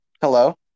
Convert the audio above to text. Hello